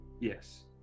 Yes